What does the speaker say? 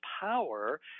power